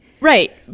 right